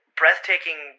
breathtaking